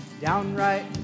downright